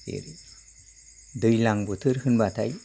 दैज्लां बोथोर होनबाथाय